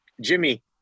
jimmy